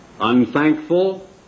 unthankful